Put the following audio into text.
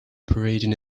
parading